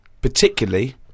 particularly